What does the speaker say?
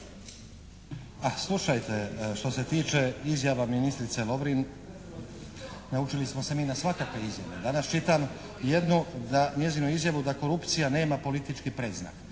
Slušajte što se tiče izjava ministrice Lovrin, naučili smo se mi na svakakve izjave. Danas čitam jednu njezinu izjavu, da korupcija nema politički predznak,